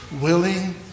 willing